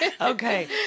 Okay